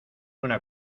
una